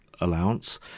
allowance